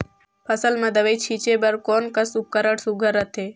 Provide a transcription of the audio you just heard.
फसल म दव ई छीचे बर कोन कस उपकरण सुघ्घर रथे?